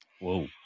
Whoa